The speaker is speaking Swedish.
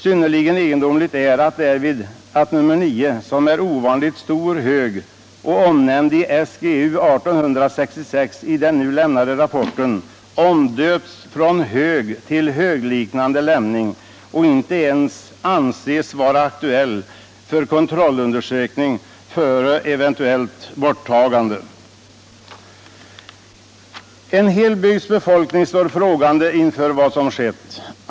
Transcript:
Synnerligen egendomligt är det därvid att nr 9 som är en ovanligt stor hög omnämnd i SGU 1866, i den nu lämnade rapporten omdöpts från hög till ”högliknande lämning” och inte ens anses vara aktuell för kontrollundersökning före eventuellt borttagande. En hel bygds befolkning står frågande inför vad som skett.